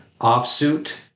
offsuit